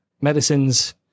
medicines